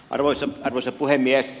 arvoisa puhemies